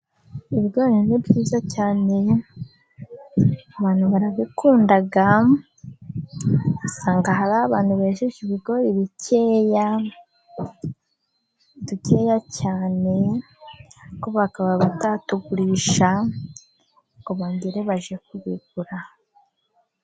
Ibigori ni byiza cyane ,abantu barabikunda . Usanga hari abantu bejeje bikeya, bikeya cyane ariko bakaba batabigurisha ngo bongere bajye kubigura.